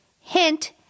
Hint